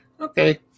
okay